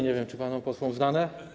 Nie wiem, czy panom posłom jest znane.